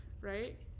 right